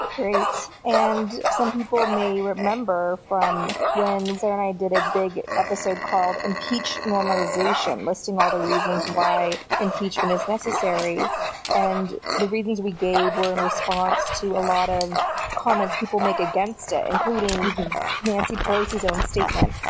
great. and some people may remember from when sarah and i did a big episode called impeach normalization, listing all the reasons why impeachment is necessary and the reasons we gave were in response to a lot of comments people make against it, including nancy pelosi's own statement.